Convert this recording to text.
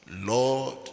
Lord